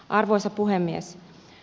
arvoisa puhemies